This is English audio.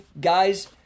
guys